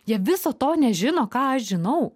jie viso to nežino ką aš žinau